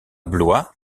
blois